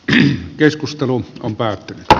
ne keskustelun päättymistä